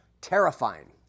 terrifying